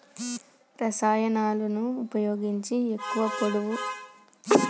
రసాయనాలను ఉపయోగించి ఎక్కువ పొడవు తక్కువ కాలంలో పెంచవచ్చా?